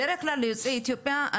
בדרך כלל ליוצאי אתיופיה,